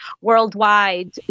worldwide